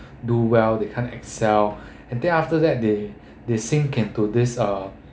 do well they can't excel and then after that they they sink into this uh